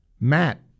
Matt